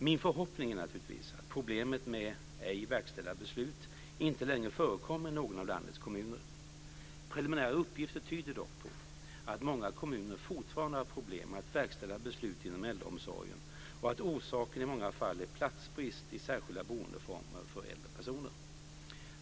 Min förhoppning är naturligtvis att problem med ej verkställda beslut inte längre förekommer i någon av landets kommuner. Preliminära uppgifter tyder dock på att många kommuner fortfarande har problem med att verkställa beslut inom äldreomsorgen och att orsaken i många fall är platsbrist i särskilda boendeformer för äldre personer.